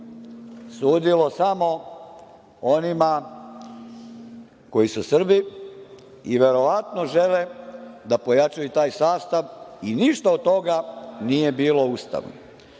sudilo samo onima koji su Srbi i verovatno žele da pojačaju i taj sastav i ništa od toga nije bilo ustavno. Takođe,